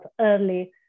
early